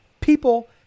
people